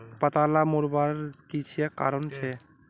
पत्ताला मुरझ्वार की कारण छे?